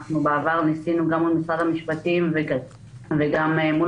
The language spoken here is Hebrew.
אנחנו בעבר ניסינו מול משרד המשפטים וגם מול